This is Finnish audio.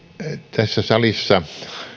tässä salissa